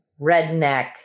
redneck